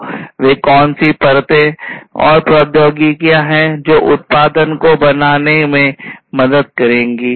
तो वे कौन सी परतें और प्रौद्योगिकियां हैं जो उत्पादकता को बनाने में मदद करेंगी